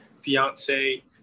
fiance